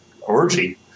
Orgy